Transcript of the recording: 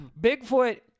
Bigfoot